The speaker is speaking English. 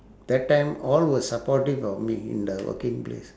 that time all was supportive of me in the working place